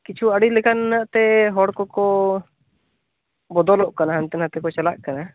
ᱠᱤᱪᱷᱩ ᱟᱹᱰᱤ ᱞᱮᱠᱟᱱᱟᱜ ᱛᱮ ᱦᱚᱲ ᱠᱚ ᱠᱚ ᱵᱚᱫᱚᱞᱚᱜ ᱠᱟᱱᱟ ᱦᱟᱱᱛᱮ ᱱᱟᱛᱮ ᱠᱚ ᱪᱟᱞᱟᱜ ᱠᱟᱱᱟ